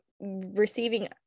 receiving